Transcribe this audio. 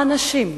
האנשים,